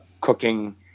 cooking